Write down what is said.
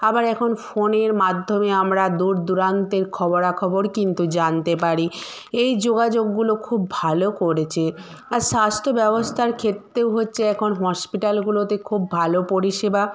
আবার এখন ফোনের মাধ্যমে আমরা দূর দূরান্তের খবরা খবর কিন্তু জানতে পারি এই যোগাযোগগুলো খুব ভালো করেছে আর স্বাস্থ্য ব্যবস্থার ক্ষেত্রেও হচ্ছে এখন হসপিটালগুলোতে খুব ভালো পরিষেবা